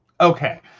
Okay